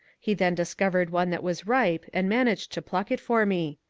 he then discovered one that was ripe and managed to pluck it for me.